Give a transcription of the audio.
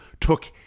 Took